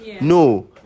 No